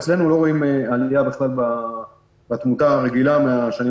אצלנו לא רואים עליה בכלל בתמותה הרגילה מהשנים